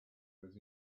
was